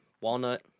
Walnut